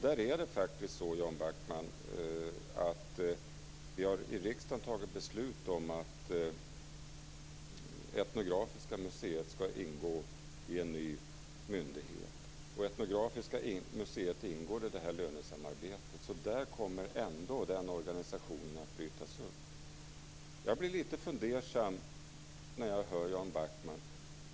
Där är det faktiskt så, Jan Backman, att vi i riksdagen har fattat beslut om att Etnografiska museet skall ingå i en ny myndighet. Etnografiska museet ingår i det här lönesamarbetet, så den organisationen kommer ändå att brytas upp. Jag blir litet fundersam när jag hör Jan Backman.